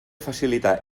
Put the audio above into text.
facilita